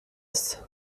ist